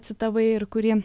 citavai ir kurį